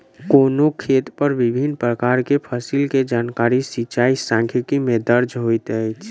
कोनो खेत पर विभिन प्रकार के फसिल के जानकारी सिचाई सांख्यिकी में दर्ज होइत अछि